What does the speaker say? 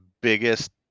biggest